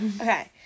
Okay